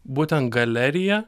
būtent galerija